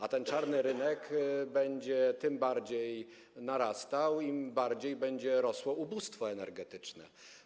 A ten czarny rynek będzie tym bardziej się powiększał, im bardziej będzie rosło ubóstwo energetyczne.